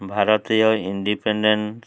ଭାରତୀୟ ଇଣ୍ଡିପେଣ୍ଡେଣ୍ଟସ୍